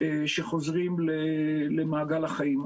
שחוזרים למעגל החיים,